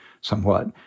somewhat